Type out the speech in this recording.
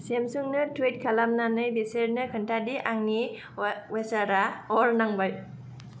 सेमसुंनो टुइट खालामनानै बिसोरनो खोन्थादि आंनि वासारआ अर नांबाय